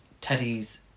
Teddy's